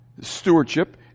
stewardship